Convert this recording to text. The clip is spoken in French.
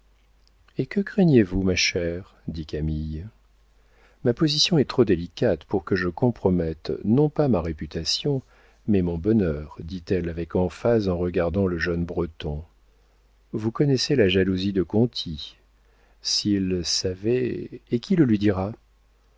et que craignez-vous ma chère dit camille ma position est trop délicate pour que je compromette non pas ma réputation mais mon bonheur dit-elle avec emphase en regardant le jeune breton vous connaissez la jalousie de conti s'il savait et qui le lui dira